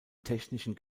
technischen